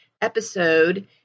episode